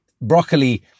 broccoli